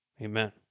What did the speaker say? amen